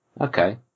Okay